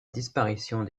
disparition